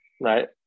Right